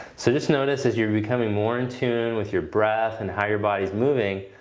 so just notice as you're becoming more in-tune with your breath and how your body's moving,